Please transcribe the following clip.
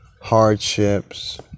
hardships